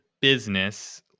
business